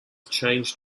changed